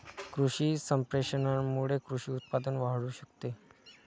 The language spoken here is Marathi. कृषी संप्रेषणामुळे कृषी उत्पादन वाढू शकते